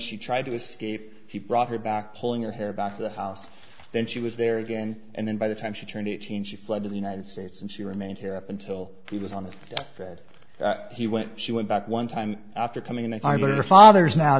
she tried to escape he brought her back pulling her hair back to the house then she was there again and then by the time she turned eighteen she fled to the united states and she remained here up until she was on the press he went she went back one time after coming and i look at her father's now